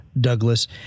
Douglas